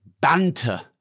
banter